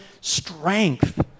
strength